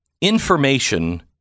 information